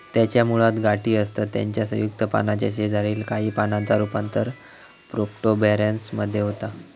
त्याच्या मुळात गाठी असतत त्याच्या संयुक्त पानाच्या शेजारील काही पानांचा रूपांतर प्रोट्युबरन्स मध्ये होता